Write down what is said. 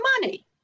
money